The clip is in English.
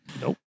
nope